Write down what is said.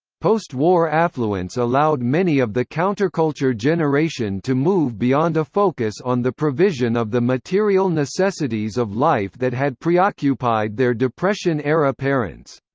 post-war affluence allowed many of the counterculture generation to move beyond a focus on the provision of the material necessities of life that had preoccupied their depression-era parents.